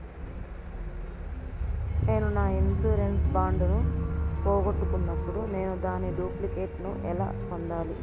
నేను నా insurance bond ను పోగొట్టుకున్నప్పుడు నేను దాని డూప్లికేట్ ను ఎలా పొందాలి?